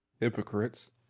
Hypocrites